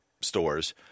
stores